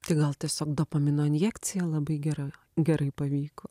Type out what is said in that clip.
tai gal tiesiog dopamino injekcija labai gera gerai pavyko